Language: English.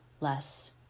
less